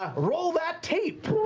ah roll that tape.